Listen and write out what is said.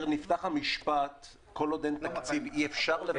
נפתח המשפט האומר שכל עוד אין תקציב אי אפשר לבצע.